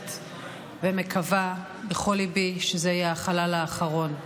אומרת ומקווה בכל ליבי שזה יהיה החלל האחרון.